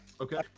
Okay